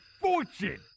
fortune